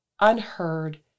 unheard